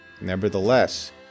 nevertheless